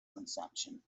consumption